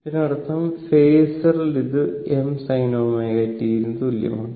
ഇതിനർത്ഥം ഫേസറിൽ ഇത് m sinωt ന് തുല്യമാണ്